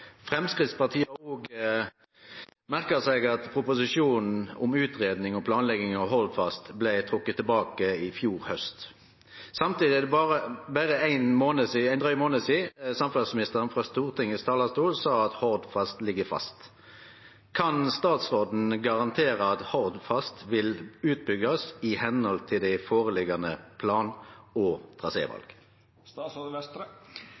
Fremskrittspartiet har også merket seg at proposisjonen om utredning og planlegging av Hordfast ble trukket tilbake i fjor høst. Samtidig er det bare en drøy måned siden samferdselsministeren fra Stortingets talerstol sa at Hordfast ligger fast. Kan statsråden garantere at Hordfast vil utbygges i henhold til foreliggende plan og